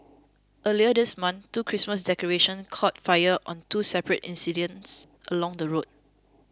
earlier this month two Christmas decorations caught fire on two separate incidents along the road